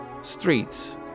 streets